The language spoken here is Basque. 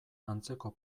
antzeko